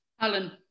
Alan